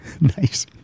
Nice